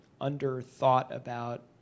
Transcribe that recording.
underthought-about